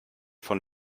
von